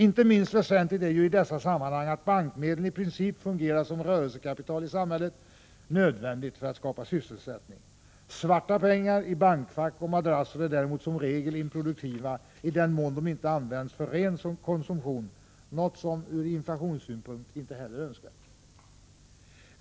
Inte minst väsentligt i dessa sammanhang är ju att bankmedlen i princip fungerar som rörelsekapital i samhället — vilket är nödvändigt för att skapa sysselsättning. ”Svarta” pengar i bankfack och madrasser är däremot som regel improduktiva —i den mån de inte används för konsumtion, något som ur inflationssynpunkt inte heller är önskvärt.